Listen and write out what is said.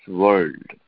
world